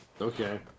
Okay